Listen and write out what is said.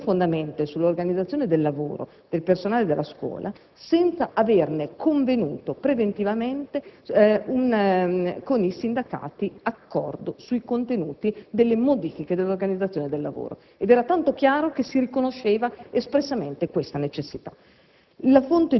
che incide profondamente sull'organizzazione del lavoro del personale della scuola, senza aver stipulato preventivamente con i sindacati un accordo sui contenuti delle modifiche dell'organizzazione del lavoro; ciò era tanto chiaro che si riconosceva espressamente tale necessità.